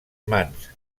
mans